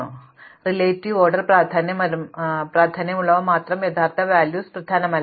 അതിനാൽ ആപേക്ഷിക ഓർഡർ പ്രാധാന്യമുള്ളവ മാത്രം യഥാർത്ഥ മൂല്യങ്ങൾ പ്രധാനമല്ല